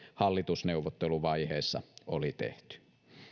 hallitusneuvotteluvaiheessa oli tehty